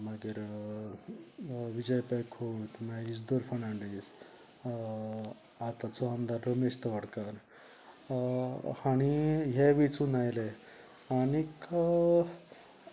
मागीर विजय पै खोत मागीर इजदोर फेर्नांदीस आतांचो आमदार रमेश तवडकार हाणीं हे वेचून आयले आनीक